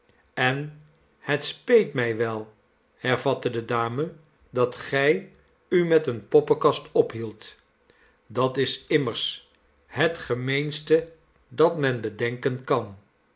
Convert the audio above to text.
en het speet mij wel hervatte de dame dat gij u met eene poppenkast ophieldt dat is immers het gemeenste dat men bedenken kan